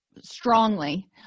strongly